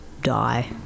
die